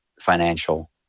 financial